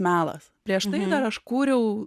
melas prieš tai dar aš kūriau